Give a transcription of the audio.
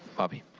bobby?